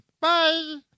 Bye